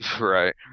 Right